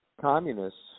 communists